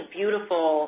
beautiful